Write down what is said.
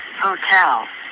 Hotel